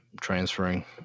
Transferring